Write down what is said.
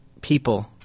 people